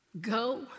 go